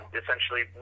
essentially